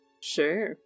Sure